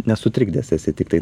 nesutrikdęs esi tiktai